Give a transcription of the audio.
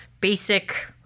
basic